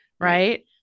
Right